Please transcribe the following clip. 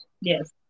Yes